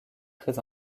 très